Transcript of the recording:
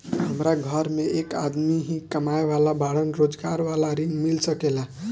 हमरा घर में एक आदमी ही कमाए वाला बाड़न रोजगार वाला ऋण मिल सके ला?